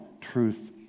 truth